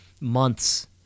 months